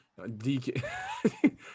DK